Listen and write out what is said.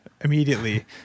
immediately